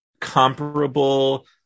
comparable